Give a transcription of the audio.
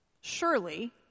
Surely